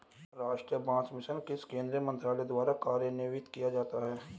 राष्ट्रीय बांस मिशन किस केंद्रीय मंत्रालय द्वारा कार्यान्वित किया जाता है?